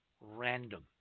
random